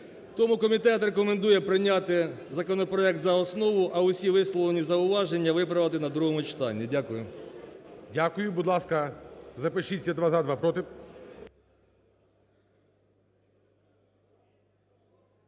Тому комітет рекомендує прийняти законопроект за основу, а усі висловлені зауваження виправити на другому читанні. Дякую. ГОЛОВУЮЧИЙ. Дякую. Будь ласка, запишіться: два – за, два – проти.